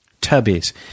Tubbies